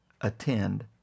Attend